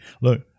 look